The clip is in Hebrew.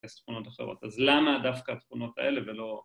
‫יש תכונות אחרות. ‫אז למה דווקא התכונות האלה ולא...